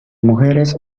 mujeres